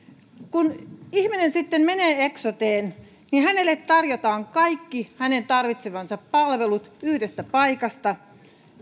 kun ihminen sitten menee eksoteen hänelle tarjotaan kaikki tarvitsemansa palvelut yhdestä paikasta